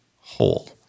whole